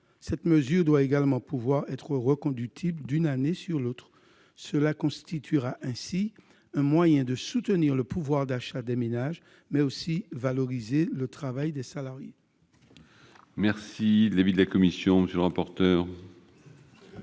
Cette mesure doit également pouvoir être reconduite d'une année sur l'autre. Elle constituera ainsi un moyen de soutenir le pouvoir d'achat des ménages, mais aussi de valoriser le travail des salariés.